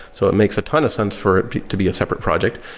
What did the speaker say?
so it makes a ton of sense for it to be a separate project.